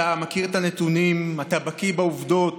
אתה מכיר את הנתונים, אתה בקיא בעובדות,